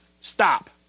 Stop